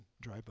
dry